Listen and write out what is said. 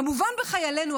כמובן בחיילינו,